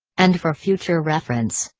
and for future reference,